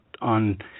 on –